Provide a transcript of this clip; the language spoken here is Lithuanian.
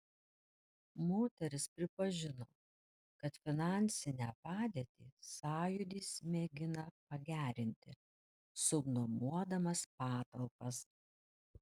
moteris pripažino kad finansinę padėtį sąjūdis mėgina pagerinti subnuomodamas patalpas